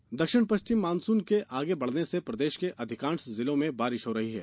मौसम दक्षिण पश्चिम मानसून के आगे बढ़ने से प्रदेश के अधिकांश जिलों में बारिश हो रही है